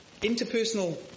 Interpersonal